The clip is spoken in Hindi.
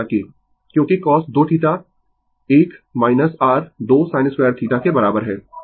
क्योंकि cos 2θ 1 r 2 sin2θ के बराबर है